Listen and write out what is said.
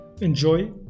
Enjoy